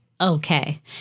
Okay